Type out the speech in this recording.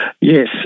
Yes